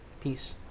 Peace